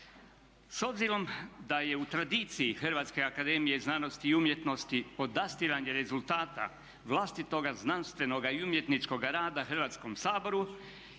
S obzirom da je u tradiciji Hrvatske akademije znanosti i umjetnosti podastiranje rezultata vlastitoga znanstvenoga i umjetničkoga rada Hrvatskom saboru